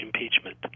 impeachment